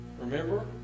remember